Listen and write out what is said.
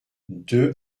deux